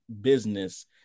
business